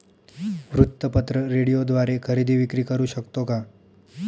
वृत्तपत्र, रेडिओद्वारे खरेदी विक्री करु शकतो का?